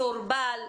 מסורבל,